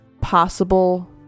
possible